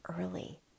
early